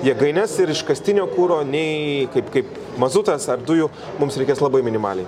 jėgaines ir iškastinio kuro nei kaip kaip mazutas ar dujų mums reikės labai minimaliai